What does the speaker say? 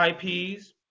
IPs